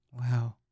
wow